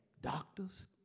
Doctors